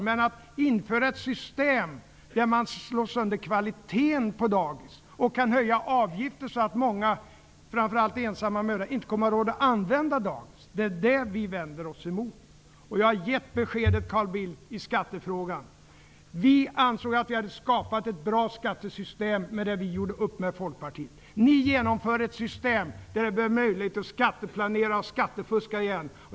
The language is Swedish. Men ni vill införa ett system som innebär att man slår sönder kvaliteten i daghemmen och att man kan höja avgiften så att många, framför allt ensamma mödrar, inte kommer att ha råd att använda dagis, och det är det vi vänder oss emot. Jag har gett besked i skattefrågan, Carl Bildt. Vi ansåg att vi hade skapat ett bra skattesystem då vi gjorde upp med Folkpartiet. Ni genomför ett system som återigen gör det möjligt att skatteplanera och skattefuska.